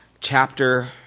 chapter